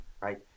Right